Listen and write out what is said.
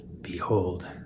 Behold